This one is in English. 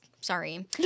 sorry